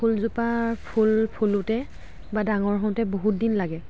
ফুলজোপাৰ ফুল ফুলোতে বা ডাঙৰ হওঁতে বহুত দিন লাগে